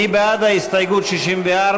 מי בעד הסתייגות 64?